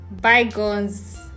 Bygones